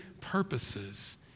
purposes